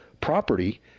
property